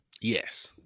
Yes